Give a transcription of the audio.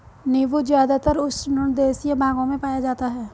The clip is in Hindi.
नीबू ज़्यादातर उष्णदेशीय भागों में पाया जाता है